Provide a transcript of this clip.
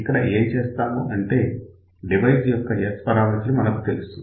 ఇక్కడ ఏం చేసాము అంటే డివైజ్ యొక్క S పరామితులు మనకు తెలుసు